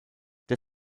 der